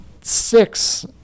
six